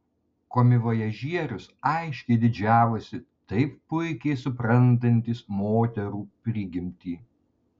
komivojažierius aiškiai didžiavosi taip puikiai suprantantis moterų prigimtį